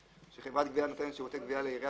שחברת גבייה נותנת שירותי גבייה לעירייה